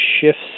shifts